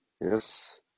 Yes